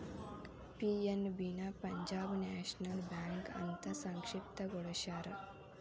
PNB ನ Punjab National Bank ಅಂತ ಸಂಕ್ಷಿಪ್ತ ಗೊಳಸ್ಯಾರ